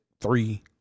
three